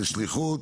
זאת שליחות